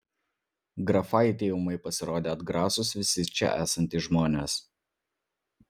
grafaitei ūmai pasirodė atgrasūs visi čia esantys žmonės